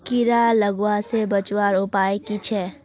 कीड़ा लगवा से बचवार उपाय की छे?